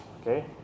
okay